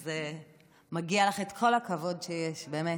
אז מגיע לך כל הכבוד שיש, באמת.